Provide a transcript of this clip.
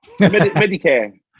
Medicare